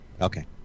Okay